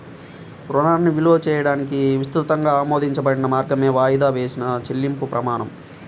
రుణాన్ని విలువ చేయడానికి విస్తృతంగా ఆమోదించబడిన మార్గమే వాయిదా వేసిన చెల్లింపు ప్రమాణం